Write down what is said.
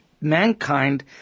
mankind